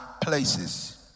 places